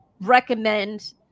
recommend